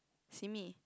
simi